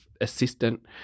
assistant